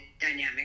dynamic